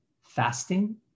fasting